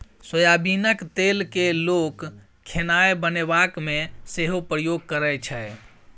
सोयाबीनक तेल केँ लोक खेनाए बनेबाक मे सेहो प्रयोग करै छै